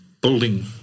building